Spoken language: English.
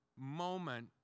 moment